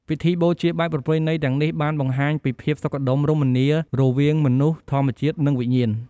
ពិធីបូជាបែបប្រពៃណីទាំងនេះបានបង្ហាញពី ភាពសុខដុមរមនា រវាងមនុស្ស ធម្មជាតិ និងវិញ្ញាណ។